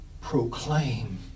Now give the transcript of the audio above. proclaim